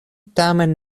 tamen